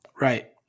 Right